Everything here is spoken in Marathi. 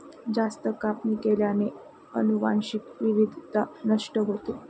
जास्त कापणी केल्याने अनुवांशिक विविधता नष्ट होते